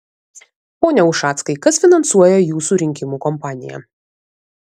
pone ušackai kas finansuoja jūsų rinkimų kompaniją